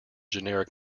generic